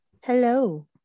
Hello